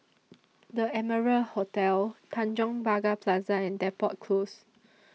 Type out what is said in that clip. The Amara Hotel Tanjong Pagar Plaza and Depot Close